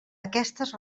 aquestes